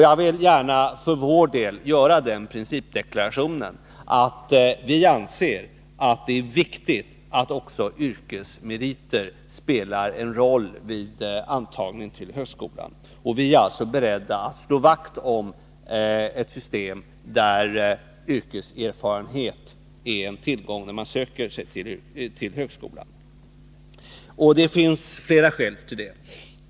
Jag vill gärna för vår del göra den principdeklarationen att vi anser att det är viktigt att också yrkesmeriter spelar en roll vid antagning till högskolan. Vi är alltså beredda att slå vakt om ett system där yrkeserfarenhet är en tillgång när man söker sig till högskolan. Det finns flera skäl till det.